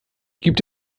gibt